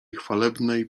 chwalebnej